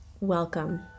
Welcome